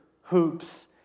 hoops